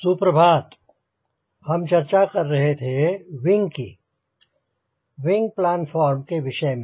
सुप्रभात हम चर्चा कर रहे थे विंग की विंग प्लानफॉर्म के विषय में